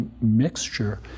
mixture